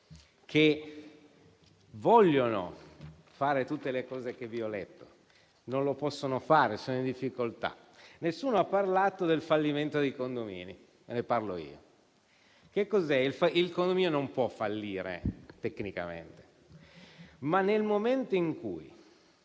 che vogliono fare tutte le cose che vi ho letto e non le possono fare, sono in difficoltà. Nessuno ha parlato del fallimento dei condomini, ma ne parlo io. Il condominio non può fallire tecnicamente, ma nel momento in cui